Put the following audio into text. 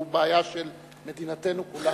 שהוא בעיה של מדינתנו כולה.